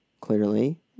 clearly